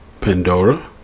Pandora